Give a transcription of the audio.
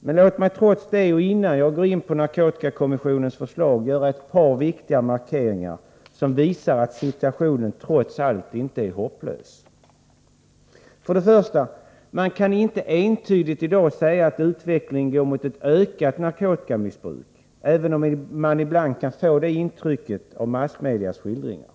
Men låt mig trots detta och innan jag går in på narkotikakommissionens förslag göra ett par viktiga markeringar, som visar att situationen trots allt inte är hopplös. För det första: Man kan inte entydigt säga att utvecklingen i dag går mot ett ökat narkotikamissbruk, även om man ibland kan få det intrycket av massmedias skildringar.